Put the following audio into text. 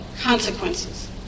consequences